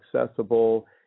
accessible